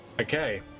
okay